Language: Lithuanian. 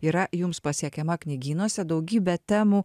yra jums pasiekiama knygynuose daugybė temų